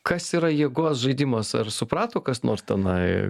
kas yra jėgos žaidimas ar suprato kas nors tenai